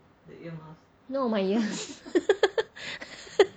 no my ears